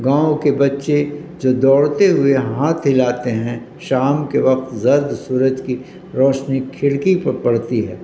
گاؤں کے بچے جو دوڑتے ہوئے ہاتھ ہلاتے ہیں شام کے وقت زرد سورج کی روشنی کھڑکی پر پڑتی ہے